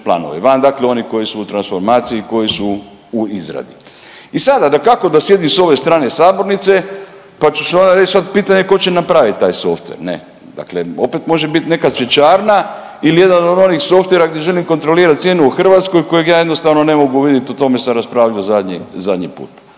planove van, dakle onih koji su u transformaciji, koji su u izradi. I sada dakako da sjedim sa ove strane sabornice pa ću onda sad reći pitanje tko će napraviti taj softver ne? Dakle, opet može biti neka cvjećarna ili jedan od onih softvera gdje želim kontrolirati cijenu u Hrvatskoj kojeg ja jednostavno ne mogu vidjeti, o tome sam raspravljao zadnji puta.